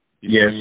Yes